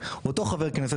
אותו חבר כנסת,